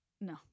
No